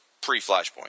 pre-Flashpoint